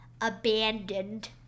abandoned